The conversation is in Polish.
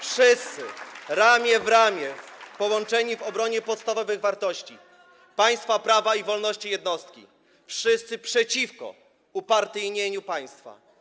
Wszyscy, ramię w ramię, połączeni w obronie podstawowych wartości - państwa prawa i wolności jednostki, wszyscy przeciwko upartyjnieniu państwa.